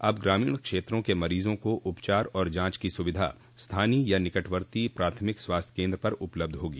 अब ग्रामीण क्षेत्रों के मरीजों को उपचार और जांच की सुविधा स्थानीय या निकटवर्ती प्राथमिक स्वास्थ्य केन्द्र पर उपलब्ध होगी